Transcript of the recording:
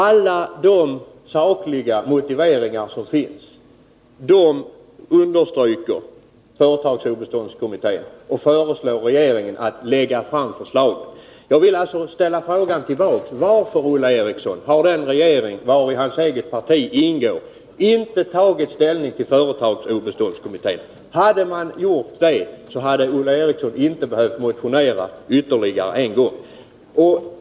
Alla de sakliga motiveringar som finns understryker företagsobeståndskommittén och föreslår regeringen att lägga fram förslaget. Jag vill retirera frågan: Varför, Olle Eriksson, har den regering vari Olle Erikssons eget parti ingår inte tagit ställning till företagsobeståndskommitténs förslag? Hade man gjort det hade Olle Eriksson inte behövt motionera ytterligare en gång.